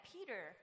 Peter